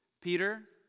peter